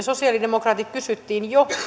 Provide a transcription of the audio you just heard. sosialidemokraatit kysyimme jo